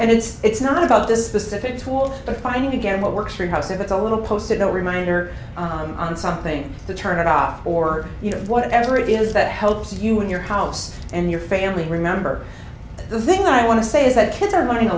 and it's not about this specific tool of finding again what works for a house if it's a little posted a reminder on something to turn it off or you know whatever it is that helps you in your house and your family remember the thing i want to say is that kids are learning a